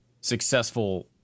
successful